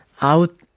out